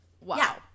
wow